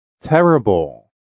Terrible